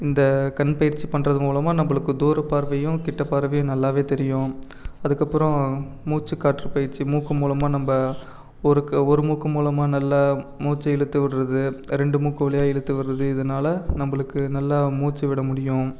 இந்த கண்ப்பயிற்சி பண்ணுறது மூலமாக நம்பளுக்கு தூரப்பார்வையும் கிட்டப்பார்வையும் நல்லாவே தெரியும் அதற்கப்புறோம் மூச்சுக்காற்றுப்பயிற்சி மூக்கு மூலமாக நம்ப ஒருக்கு ஒரு மூக்கு மூலமாக நல்ல மூச்சை இழுத்து விடுறது ரெண்டு மூக்கு வழியாக இழுத்து விடுறது இதனால் நம்பளுக்கு நல்லா மூச்சு விட முடியும்